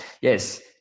yes